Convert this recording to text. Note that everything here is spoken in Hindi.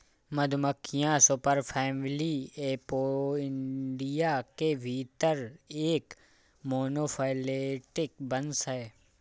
मधुमक्खियां सुपरफैमिली एपोइडिया के भीतर एक मोनोफैलेटिक वंश हैं